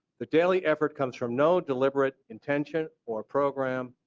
the daily effort comes from no deliberate intention or program,